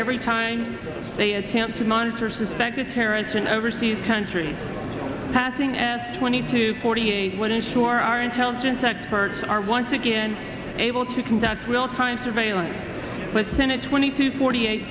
every time they attempt to monitor suspected terrorists an overseas country passing f twenty two forty eight would ensure our intelligence experts are once again able to conduct realtime surveillance within a twenty to forty eight